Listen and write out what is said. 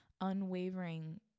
unwavering